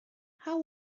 how